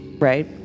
Right